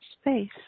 space